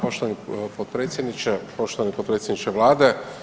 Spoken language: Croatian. Poštovani potpredsjedniče, poštovani potpredsjedniče vlade.